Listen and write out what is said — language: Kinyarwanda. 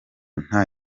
nta